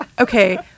Okay